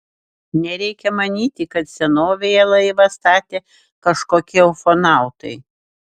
nereikia manyti kad senovėje laivą statė kažkokie ufonautai